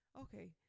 okay